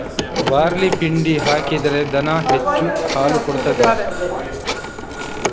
Barley ಪಿಂಡಿ ಹಾಕಿದ್ರೆ ದನ ಹೆಚ್ಚು ಹಾಲು ಕೊಡ್ತಾದ?